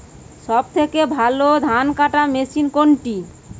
সবথেকে ভালো ধানকাটা মেশিন কোনটি?